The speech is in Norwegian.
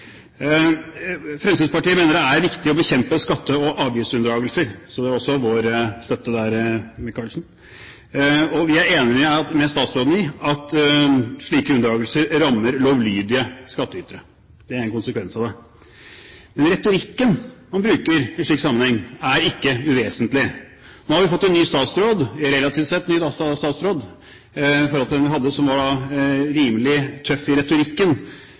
Fremskrittspartiet mener det er viktig å bekjempe skatte- og avgiftsunndragelser, så representanten Micaelsen har også vår støtte der. Vi er enige med statsråden i at slike unndragelser rammer lovlydige skattytere. Det er en konsekvens av det. Men retorikken man bruker i en slik sammenheng, er ikke uvesentlig. Nå har vi fått en relativt ny statsråd i forhold til den vi hadde, som var rimelig tøff i retorikken. Det skapte en form for agitasjon hos de skattyterne hun selv var